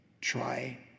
try